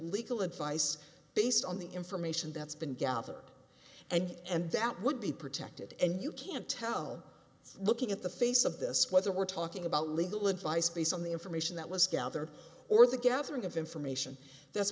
legal advice based on the information that's been gathered and that would be protected and you can tell looking at the face of this whether we're talking about legal advice based on the information that was gathered or the gathering of information that's